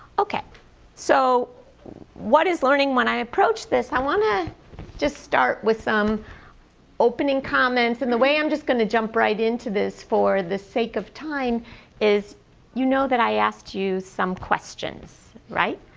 so what is learning? when i approached this, i want to just start with some opening comments, and the way i'm just going to jump right into this for the sake of time is you know that i asked you some questions, right?